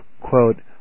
quote